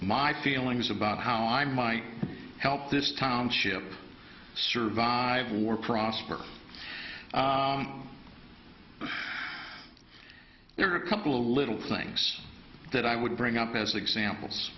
my feelings about how i might help this township survive war prosper but there are a couple of little things that i would bring up as examples